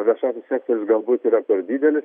viešasis sektorius galbūt yra per didelis